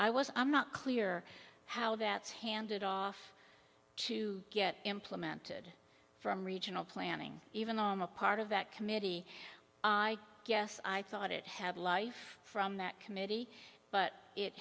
i was i'm not clear how that's handed off to get implemented from regional planning even though i'm a part of that committee i guess i thought it had life from that committee but it